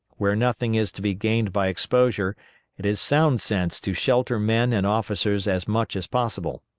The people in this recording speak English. where nothing is to be gained by exposure it is sound sense to shelter men and officers as much as possible.